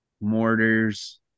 mortars